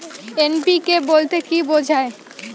NPK বলতে কী বোঝায়?